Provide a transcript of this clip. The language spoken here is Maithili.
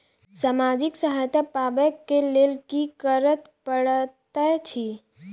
सामाजिक सहायता पाबै केँ लेल की करऽ पड़तै छी?